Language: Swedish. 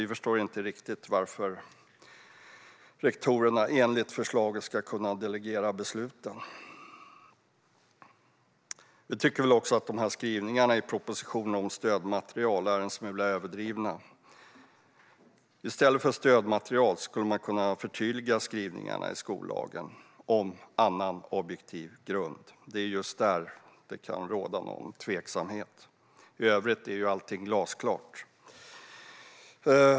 Vi förstår inte riktigt varför rektorerna enligt förslaget ska kunna delegera dessa beslut. Vi tycker också att skrivningarna i propositionen om stödmaterial är en smula överdrivna. I stället för att ha stödmaterial skulle man kunna förtydliga skrivningarna i skollagen om "annan objektiv grund". Det är just där det kan råda osäkerhet. I övrigt är allting glasklart.